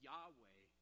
Yahweh